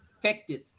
affected